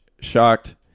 shocked